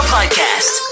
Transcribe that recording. Podcast